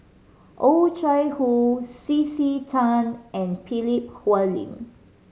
Oh Chai Hoo C C Tan and Philip Hoalim